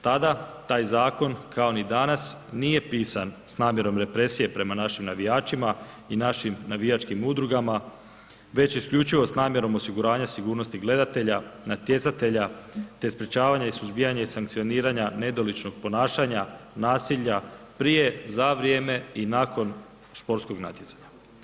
Tada taj zakon kao ni danas nije pisan s namjerom represije prema našim navijačima i našim navijačkim udrugama, već isključivo s namjerom osiguranja sigurnosti gledatelja, natjecatelja te sprečavanja, suzbijanja i sankcioniranja nedoličnog ponašanja, nasilja prije, za vrijeme i nakon sportskog natjecanja.